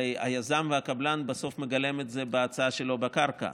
הרי היזם והקבלן בסוף מגלם את זה בהצעה שלו בקרקע,